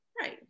right